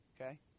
okay